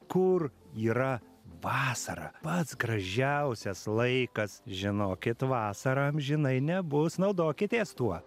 kur yra vasara pats gražiausias laikas žinokit vasara amžinai nebus naudokitės tuo